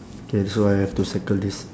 K so I have to circle this